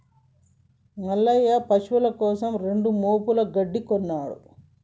మల్లయ్య పశువుల కోసం రెండు మోపుల గడ్డి కొన్నడు